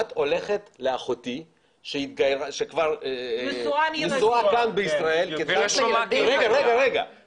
את הולכת לאחותי שכבר נשואה כאן בישראל כדת משה וישראל,